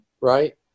right